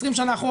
20 שנים אחורה,